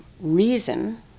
reason